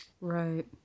Right